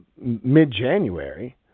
mid-January